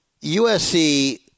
USC